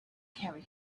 carry